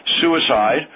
suicide